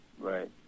Right